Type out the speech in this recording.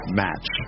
match